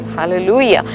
Hallelujah